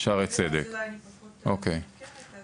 שערי צדק, בהחלט.